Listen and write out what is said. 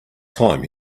time